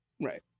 right